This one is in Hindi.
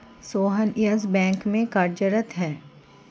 सोहन येस बैंक में कार्यरत है